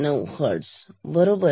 9 hertz बरोबर